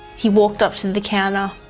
he walked up to the counter.